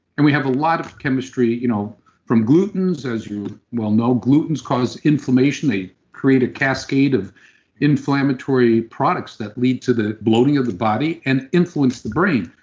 and we have a lot of chemistry, you know from glutens, as you well know, glutens causes inflammation. they create a cascade of inflammatory products that lead to the bloating of the body and influence the brain.